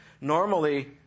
normally